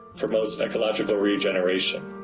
promotes ecological regeneration,